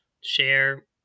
share